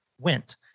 went